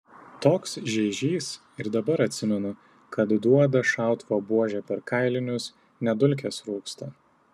toks žeižys ir dabar atsimenu kad duoda šautuvo buože per kailinius net dulkės rūksta